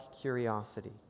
curiosity